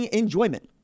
enjoyment